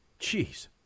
Jeez